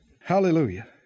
Hallelujah